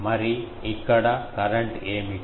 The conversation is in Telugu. మరి ఇక్కడ కరెంట్ ఏమిటి